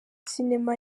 cinema